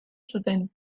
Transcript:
zuten